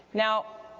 now,